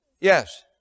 yes